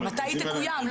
מתי היא תקויים?